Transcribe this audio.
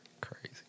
Crazy